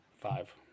Five